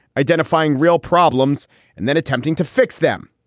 identifying real problems and then attempting to fix them.